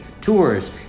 Tours